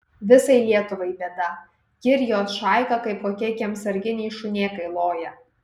visai lietuvai bėda ji ir jos šaika kaip kokie kiemsarginiai šunėkai loja